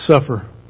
suffer